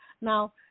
Now